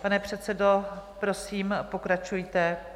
Pane předsedo, prosím pokračujte.